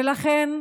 ולכן,